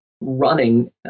running